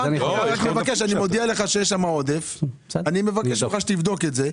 אני מודיע לך שיש שם עודף ואני מבקש ממך לבדוק את זה.